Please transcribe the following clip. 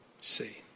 see